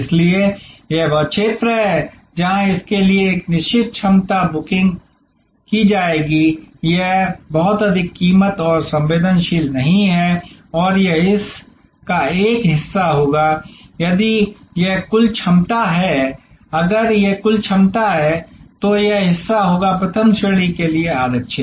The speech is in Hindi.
इसलिए यह वह क्षेत्र है जहां इसके लिए एक निश्चित क्षमता बुक की जाएगी यह बहुत अधिक कीमत और संवेदनशील नहीं है और यह इस का एक हिस्सा होगा यदि यह कुल क्षमता है अगर यह कुल क्षमता है तो यह हिस्सा होगा प्रथम श्रेणी के लिए आरक्षित